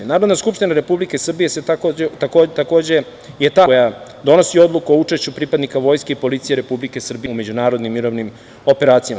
Narodna skupština Republike Srbije takođe je ta koja donosi odluku o učešću pripadnika vojske i policije Republike Srbije u međunarodnim mirovnim operacijama.